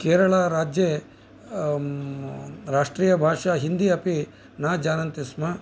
केरलराज्ये राष्ट्रीयभाषा हिन्दी अपि न जानन्ति स्म